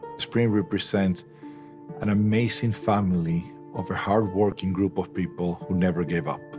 sprint represents an amazing family of a hard working group of people who never gave up,